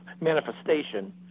manifestation